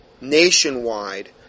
nationwide